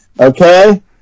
okay